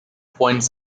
points